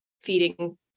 feeding